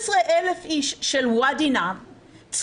15,000 איש של וואדי נעאם,